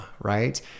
right